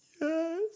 Yes